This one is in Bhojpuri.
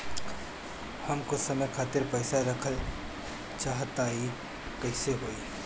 हम कुछ समय खातिर पईसा रखल चाह तानि कइसे होई?